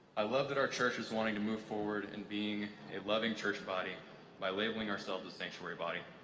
i love that our church is wanting to move forward and being a loving church body by labeling ourselves a sanctuary body.